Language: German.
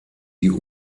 die